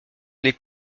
les